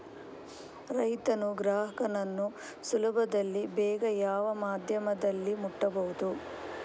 ರೈತನು ಗ್ರಾಹಕನನ್ನು ಸುಲಭದಲ್ಲಿ ಬೇಗ ಯಾವ ಮಾಧ್ಯಮದಲ್ಲಿ ಮುಟ್ಟಬಹುದು?